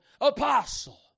apostle